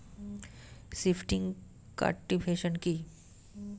Shifting cultivation কি?